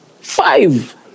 Five